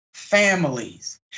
families